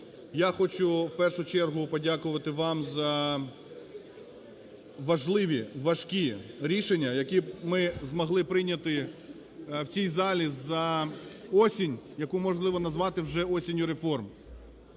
Я хочу в першу чергу подякувати вам за важливі, важкі рішення, які ми змогли прийняти в цій залі за осінь, яку можливо назвати вже осінню реформ.